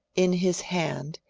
in his hand,